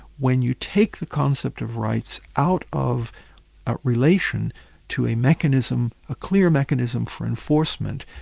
when you take the concept of rights out of relation to a mechanism, a clear mechanism for enforcement,